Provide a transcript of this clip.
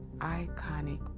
iconic